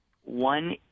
one